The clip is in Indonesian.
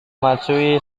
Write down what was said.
matsui